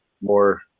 more